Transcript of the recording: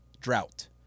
drought